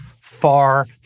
far